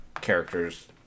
characters